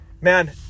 man